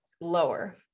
Lower